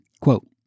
Quote